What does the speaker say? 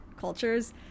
cultures